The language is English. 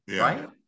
right